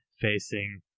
facing